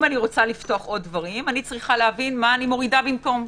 אם אני רוצה לפתוח עוד דברים אני צריכה להבין מה אני מורידה במקום,